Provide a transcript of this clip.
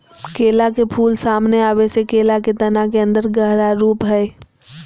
केला के फूल, सामने आबे से केला के तना के अन्दर गहरा रूप हइ